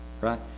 Right